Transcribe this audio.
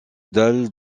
dalles